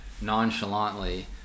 nonchalantly